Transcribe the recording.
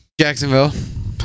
Jacksonville